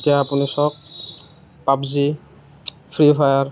এতিয়া আপুনি চাওক পাবজি ফ্ৰী ফায়াৰ